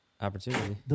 opportunity